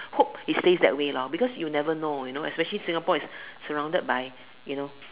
how it stays that way lor because you never know you know especially Singapore is surrounded by you know